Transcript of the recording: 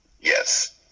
Yes